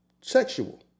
sexual